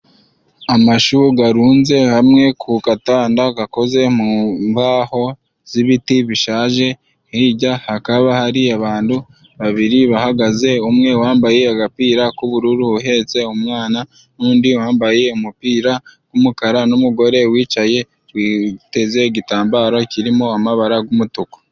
Amashu arunze hamwe ku gatanda gakoze mu mbaho z'ibiti bishaje, hirya hakaba hari abantu babiri bahagaze umwe wambaye agapira k'ubururu uhetse umwana, n'undi wambaye umupira w'umukara, n'umugore wicaye witeze igitambaro kirimo amabara y'umutubu.